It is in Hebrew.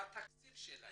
מה התקציב שלהם?